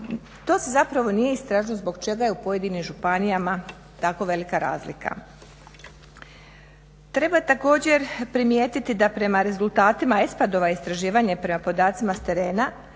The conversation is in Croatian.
To se zapravo nije istražilo zbog čega je u pojedinim županijama tako velika razlika. Treba također primijetiti da prema rezultatima ESPAD-ova istraživanja prema podacima s terena